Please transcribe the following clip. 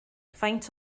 faint